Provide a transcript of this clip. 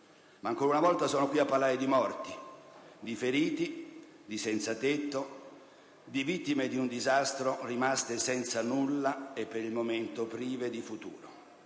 ma ancora una volta sono qui a parlare di morti, feriti, senzatetto e di vittime di un disastro rimaste senza nulla e per il momento prive di futuro.